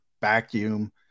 vacuum